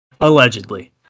Allegedly